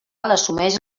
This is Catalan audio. assumeix